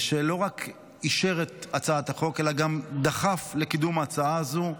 שלא רק אישר את הצעת החוק אלא גם דחף לקידום ההצעה הזאת.